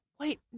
Wait